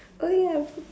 oh ya